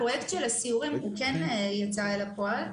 הפרויקט של הסיורים כן יצא אל הפועל.